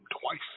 twice